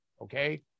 Okay